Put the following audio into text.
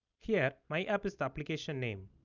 here my-app is the application name.